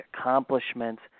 accomplishments